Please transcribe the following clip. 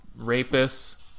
rapists